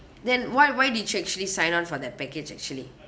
then why why did you actually sign on for that package actually